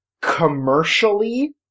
commercially